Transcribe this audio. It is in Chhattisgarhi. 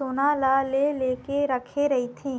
सोना ल ले लेके रखे रहिथे